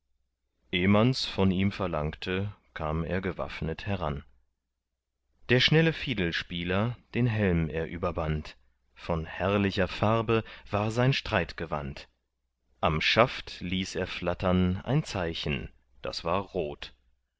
mans von ihm verlangte kam er gewaffnet heran der schnelle fiedelspieler den helm er überband von herrlicher farbe war sein streitgewand am schaft ließ er flattern ein zeichen das war rot